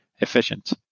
efficient